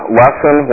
lesson